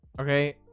Okay